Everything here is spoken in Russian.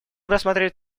рассматривать